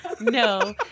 No